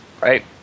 right